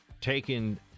taken